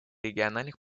региональных